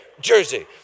jersey